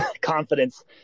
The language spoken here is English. confidence